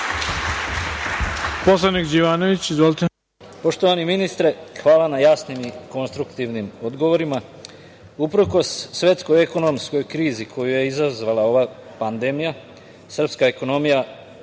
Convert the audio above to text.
poslanik Đivanović. Izvolite.